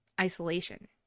isolation